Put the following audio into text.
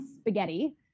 spaghetti